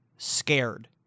scared